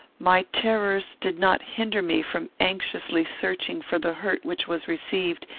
my terrors did not hinder me from anxiously searching for the hurt which was received,